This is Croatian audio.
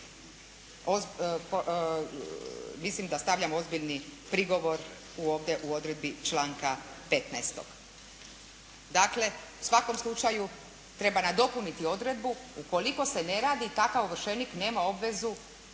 mislim da stavljamo ozbiljni prigovor ovdje u odredbi članka 15. Dakle, u svakom slučaju treba nadopuniti odredbu. Ukoliko se ne radi takav ovršenik nema obvezu